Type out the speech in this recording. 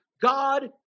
God